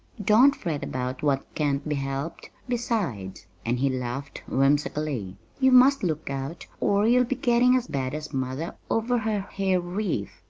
don't fret about what can't be helped besides and he laughed whimsically you must look out or you'll be getting as bad as mother over her hair wreath!